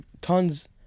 tons